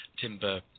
timber